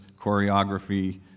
choreography